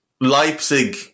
Leipzig